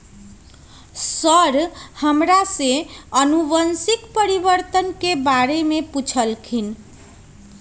sir ने हमरा से अनुवंशिक परिवर्तन के बारे में पूछल खिन